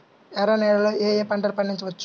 ఎర్ర నేలలలో ఏయే పంటలు పండించవచ్చు?